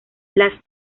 las